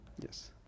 Yes